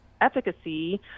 efficacy